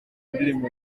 indirimbo